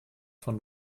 von